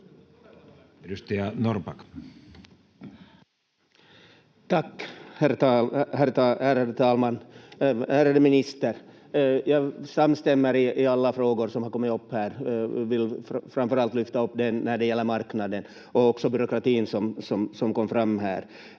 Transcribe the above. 12:17 Content: Tack, ärade talman! Ärade minister, jag samstämmer i alla frågor som har kommit upp här och vill framför allt lyfta upp dem när det gäller marknaden och också byråkratin som kom fram här.